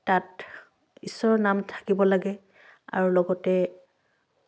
তাত ঈশ্বৰৰ নাম থাকিব লাগে আৰু লগতে